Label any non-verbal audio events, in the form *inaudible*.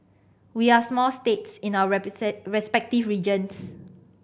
we are small states in our *unintelligible* respective regions